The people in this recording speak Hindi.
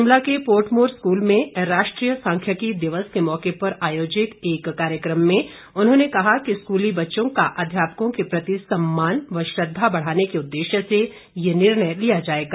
शिमला के पोर्टमोर स्कूल में राष्ट्रीय सांख्यिकी दिवस के मौके पर आयोजित एक कार्यक्रम में उन्होंने कहा कि स्कूली बच्चों का अध्यापकों के प्रति सम्मान व श्रद्धा बढ़ाने के उद्देश्य से ये निर्णय लिया जाएगा